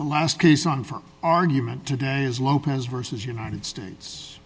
the last case on for argument today is lopez versus united states